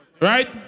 right